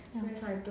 mm